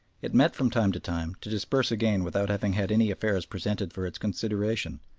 it met from time to time, to disperse again without having had any affairs presented for its consideration,